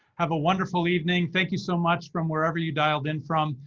have a wonderful evening. thank you so much from wherever you dialed in from.